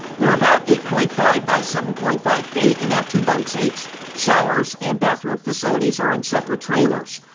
they are about eight point five feet by seven point five feet and have two bunks each. showers and bathroom facilities are in separate trailers.